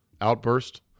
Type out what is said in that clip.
outburst